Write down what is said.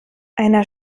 einer